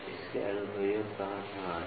इसके अनुप्रयोग कहां हैं